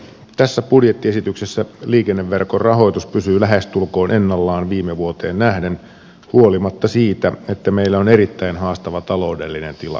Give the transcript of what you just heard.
tässä budjettiesityksessä liikenneverkon rahoitus pysyy lähestulkoon ennallaan viime vuoteen nähden huolimatta siitä että meillä on erittäin haastava taloudellinen tilanne